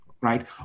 right